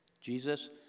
Jesus